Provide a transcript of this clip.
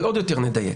אבל עוד יותר נדייק: